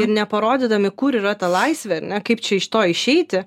ir neparodydami kur yra ta laisvė ar ne kaip čia iš to išeiti